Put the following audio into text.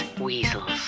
weasels